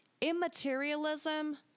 immaterialism